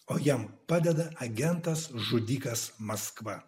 o jam padeda agentas žudikas maskva